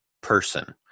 person